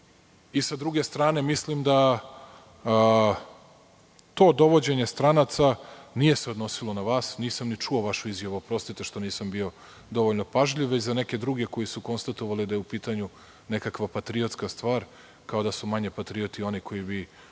se. Sa druge strane, mislim da to dovođenje stranaca nije se odnosilo na vas, nisam ni čuo vašu izjavu, oprostite što nisam bio dovoljno pažljiv, već za neke druge koji su konstatovali da je u pitanju nekakva patriotska stvar, kao da su manje patrioti oni koji bi